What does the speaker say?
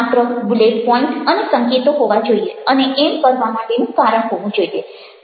માત્ર bullet point અને સંકેતો હોવા જોઈએ અને એમ કરવા માટેનું કારણ હોવું જોઈએ